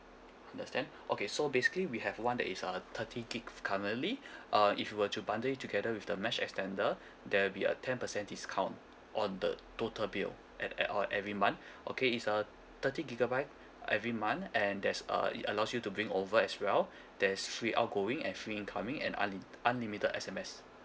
understand okay so basically we have one that is uh thirty gig f~ currently uh if you were to bundle it together with the mesh extender there'll be a ten percent discount on the total bill at at our every month okay is uh thirty gigabyte every month and there's uh it allows you to bring over as well there's free outgoing and free incoming and unlimited unlimited S_M_S